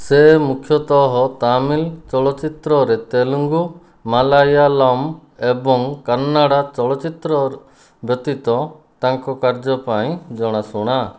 ସେ ମୁଖ୍ୟତଃ ତାମିଲ୍ ଚଳଚ୍ଚିତ୍ରରେ ତେଲୁଗୁ ମାଲାୟାଲମ୍ ଏବଂ କନ୍ନାଡ଼ା ଚଳଚ୍ଚିତ୍ରର ବ୍ୟତୀତ ତାଙ୍କ କାର୍ଯ୍ୟ ପାଇଁ ଜଣାଶୁଣା